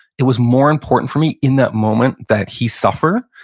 it was more important for me in that moment that he suffer.